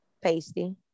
Pasty